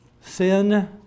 Sin